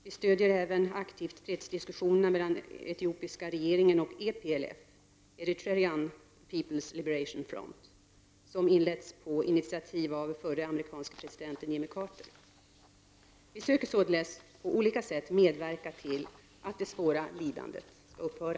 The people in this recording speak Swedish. Vi stödjer även aktivt fredsdiskussionerna mellan etiopiska regeringen och EPLF som inletts på initiativ av förre amerikanske presidenten Jimmy Carter. Vi söker således att på olika sätt medverka till att det svåra lidandet skall upphöra.